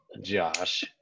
Josh